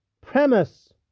premise